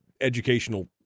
educational